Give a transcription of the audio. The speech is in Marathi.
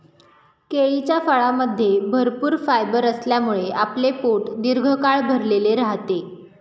केळीच्या फळामध्ये भरपूर फायबर असल्यामुळे आपले पोट दीर्घकाळ भरलेले राहते